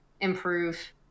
improve